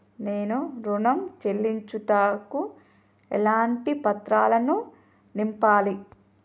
నేను ఋణం చెల్లించుటకు ఎలాంటి పత్రాలను నింపాలి?